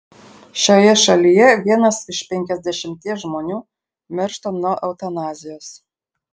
šioje šalyje vienas iš penkiasdešimties žmonių miršta nuo eutanazijos